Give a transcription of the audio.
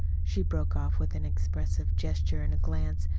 she broke off, with an expressive gesture and glance,